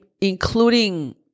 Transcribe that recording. including